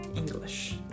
English